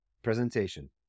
presentation